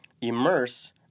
Immerse